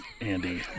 Andy